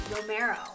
Romero